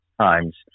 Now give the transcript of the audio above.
times